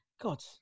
god